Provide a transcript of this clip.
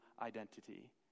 identity